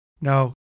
No